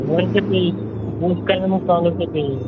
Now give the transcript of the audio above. وۅنۍ کٔہۍ پیٚیہِ پوش کانیٚن ہِنٛز کانٛگٕر کٔہۍ پیٚیہِ